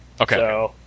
Okay